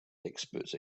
experts